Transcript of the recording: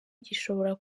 gishobora